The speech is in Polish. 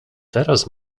teraz